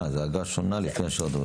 אה, זה אגרה שונה לפי השעות.